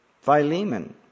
Philemon